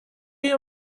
you